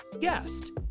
guest